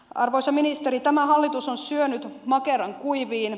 arvoisa ministeri tämä hallitus on syönyt makeran kuiviin